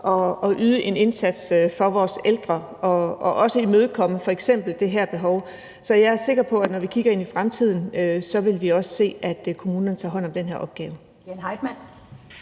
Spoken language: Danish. at yde en indsats for vores ældre og for også at imødekomme f.eks. det her behov. Så jeg er sikker på, at når vi kigger ind i fremtiden, vil vi også se, at kommunerne tager hånd om den her opgave.